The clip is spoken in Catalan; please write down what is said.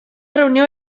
reunió